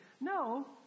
No